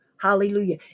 Hallelujah